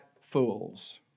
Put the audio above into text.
fools